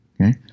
Okay